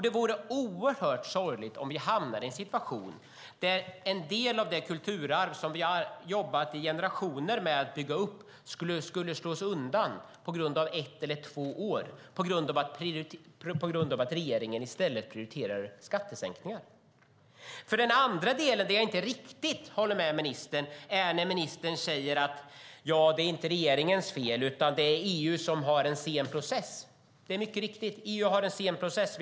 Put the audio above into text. Det vore oerhört sorgligt om vi hamnade i en situation där en del av det kulturarv som vi har jobbat i generationer med att bygga upp skulle slås undan på grund av ett eller två år, på grund av att regeringen i stället prioriterar skattesänkningar. Det finns en annan del där jag inte riktigt håller med ministern. Ministern säger att det inte är regeringens fel, utan det är EU som har en sen process. Det är mycket riktigt att EU har en sen process.